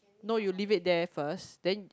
no you leave it there first then